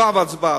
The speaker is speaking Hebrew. אדוני היושב-ראש,